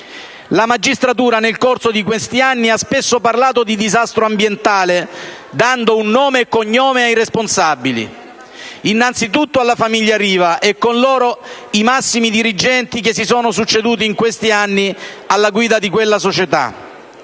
la magistratura ha spesso parlato di disastro ambientale, dando nome e cognome ai responsabili: innanzitutto la famiglia Riva e, con loro, i massimi dirigenti che si sono succeduti in questi anni alla guida di questa società;